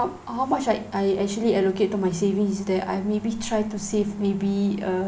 how much I I actually allocate to my savings is that I maybe try to save maybe a